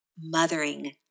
mothering